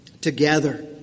together